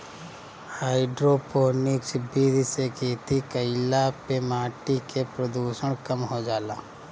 hydroponics विधि से खेती कईला पे माटी के प्रदूषण कम हो जाला